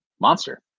monster